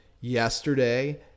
yesterday